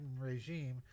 regime